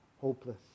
hopeless